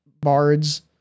bards